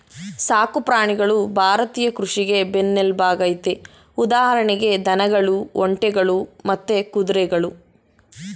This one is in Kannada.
ಸಾಕು ಪ್ರಾಣಿಗಳು ಭಾರತೀಯ ಕೃಷಿಗೆ ಬೆನ್ನೆಲ್ಬಾಗಯ್ತೆ ಉದಾಹರಣೆಗೆ ದನಗಳು ಒಂಟೆಗಳು ಮತ್ತೆ ಕುದುರೆಗಳು